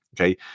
Okay